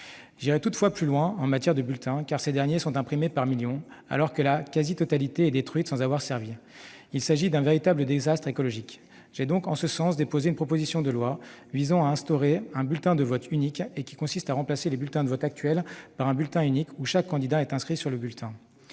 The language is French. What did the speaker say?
J'irais toutefois plus loin en matière de bulletins, car ces derniers sont imprimés par millions, alors que la quasi-totalité est détruite sans avoir servi. Il s'agit d'un véritable désastre écologique. J'ai donc en ce sens déposé une proposition de loi visant à instaurer un bulletin de vote unique, qui consiste à remplacer les bulletins de vote actuels par un bulletin unique sur lequel chaque candidat est inscrit. Les citoyens